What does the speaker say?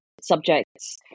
Subjects